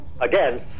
again